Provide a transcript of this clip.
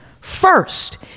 First